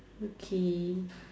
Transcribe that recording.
okay